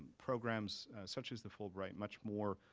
programs such as the fulbright much more